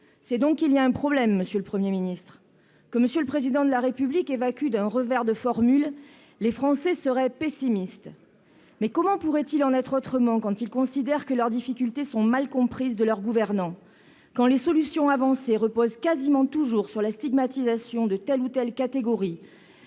C'est donc qu'il y a un problème, monsieur le Premier ministre, que M. le Président de la République évacue d'un « revers de formule »: les Français seraient « pessimistes ». Mais comment pourrait-il en être autrement, quand ils considèrent que leurs difficultés sont mal comprises de leurs gouvernants, quand les solutions avancées reposent quasiment toujours sur la stigmatisation de telle ou telle catégorie :